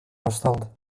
башталды